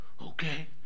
okay